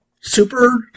super